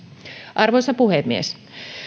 arvoisa puhemies